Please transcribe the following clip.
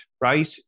right